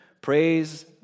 praise